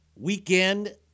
weekend